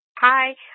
Hi